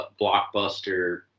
blockbuster